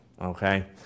okay